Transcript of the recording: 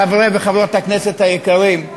חברי וחברות הכנסת היקרים,